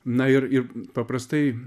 na ir ir paprastai